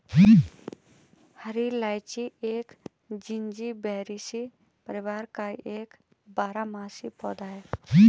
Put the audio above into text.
हरी इलायची एक जिंजीबेरेसी परिवार का एक बारहमासी पौधा है